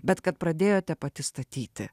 bet kad pradėjote pati statyti